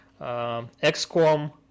XCOM